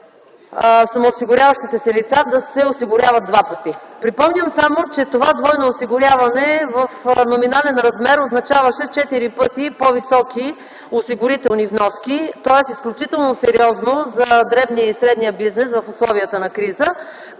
самоосигуряващите се лица да се осигуряват два пъти. Припомням само, че това двойно осигуряване в номинален размер означаваше четири пъти по-високи осигурителни вноски, тоест изключително сериозно за дребния и средния бизнес в условията на криза,